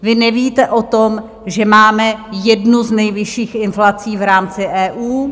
Vy nevíte o tom, že máme jednu z nejvyšších inflací v rámci EU?